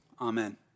Amen